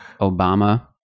Obama